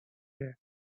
year